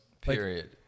Period